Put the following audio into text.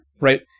Right